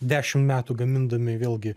dešimt metų gamindami vėlgi